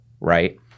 right